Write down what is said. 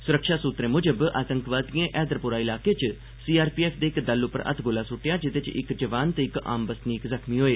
सुरक्षा सुत्तरें मुजब आतंकवादिएं हैदरपोरा इलाके च सीआरपीएफ दे इक दल उप्पर हत्थगोला सुद्टेआ जेह्दे च इक जवान ते इक आम बसनीक जख्मीं होए